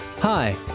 Hi